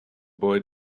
boy